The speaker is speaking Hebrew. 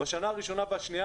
בשנה הראשונה והשנייה,